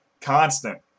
constant